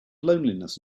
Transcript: loneliness